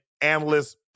analysts